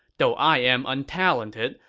though i'm untalented,